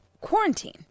quarantine